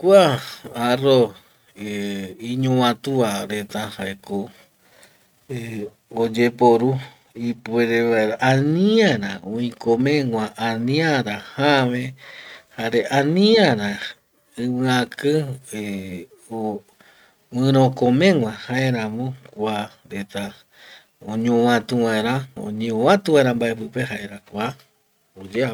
Kua arroz iñovatua reta jaeko oyeporu ipuere vaera aniara oikomegua aniara jave jare aniara iviaki guirokomegua jaeramo kua reta oñovatu vaera, oñeovatu vaera mbae pipe jaera kua oyeapo